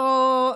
או,